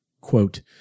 quote